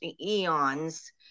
eons